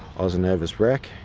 i was a nervous wreck,